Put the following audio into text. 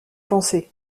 pensé